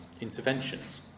interventions